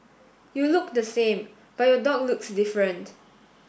you look the same but your dog looks different